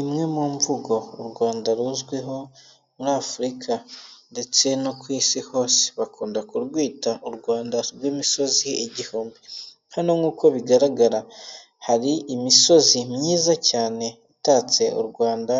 Imwe mu mvugo u Rwanda ruzwiho muri afurika ndetse no ku isi hose, bakunda kurwita u Rwanda rw'imisozi igihumbi, hano nk'uko bigaragara hari imisozi myiza cyane, itatse u Rwanda,